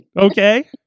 Okay